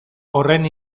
horren